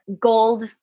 gold